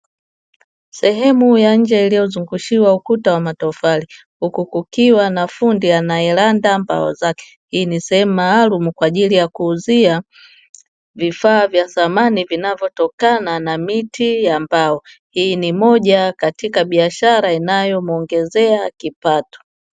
Sehemu ya nje iliyozungushiwa ukuta wa matofali huku kukiwa na fundi anayeranda mbao zake, hii ni sehemu kwaajili ya kuuzia vifaa maalumu vya shamani vinavyotokana na miti ya mbao, hii ni moja katika biashara inayomuongezea kipato.